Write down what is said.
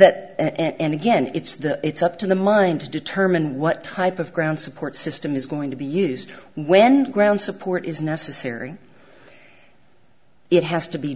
that it and again it's the it's up to the mind to determine what type of ground support system is going to be used when ground support is necessary it has to be